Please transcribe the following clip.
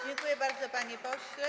Dziękuję bardzo, panie pośle.